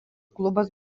klubas